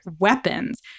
weapons